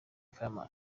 fireman